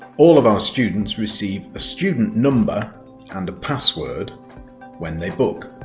all of our students receive a student number and a password when they book.